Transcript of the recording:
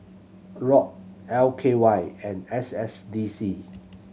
ROD L K Y and S S D C